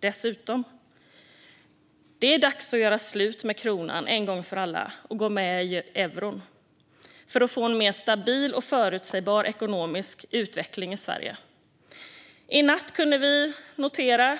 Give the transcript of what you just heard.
Det är dags att en gång för alla göra slut med kronan och gå med i eurosamarbetet för att få en mer stabil och förutsägbar ekonomisk utveckling i Sverige. När vi vaknade i morse kunde vi notera